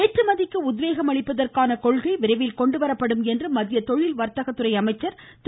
ஏற்றுமதிக்கு உத்வேகம் அளிப்பதற்கான கொள்கை கொண்டுவரப்படும் என்று மத்திய தொழில் வர்த்தகத்துறை அமைச்சர் திரு